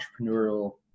entrepreneurial